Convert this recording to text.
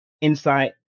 insight